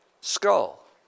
skull